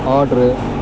order